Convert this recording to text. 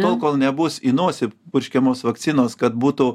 tol kol nebus į nosį purškiamos vakcinos kad būtų